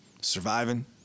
surviving